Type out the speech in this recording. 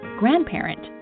grandparent